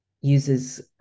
uses